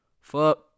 Fuck